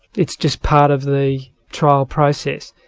it's just part of the trial process.